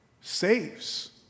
saves